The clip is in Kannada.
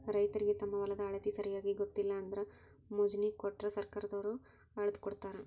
ರೈತರಿಗೆ ತಮ್ಮ ಹೊಲದ ಅಳತಿ ಸರಿಯಾಗಿ ಗೊತ್ತಿಲ್ಲ ಅಂದ್ರ ಮೊಜ್ನಿ ಕೊಟ್ರ ಸರ್ಕಾರದವ್ರ ಅಳ್ದಕೊಡತಾರ